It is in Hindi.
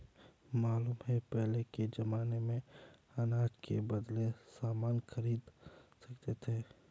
मालूम है पहले के जमाने में अनाज के बदले सामान खरीद सकते थे